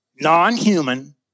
non-human